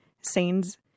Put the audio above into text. scenes